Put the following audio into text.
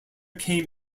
came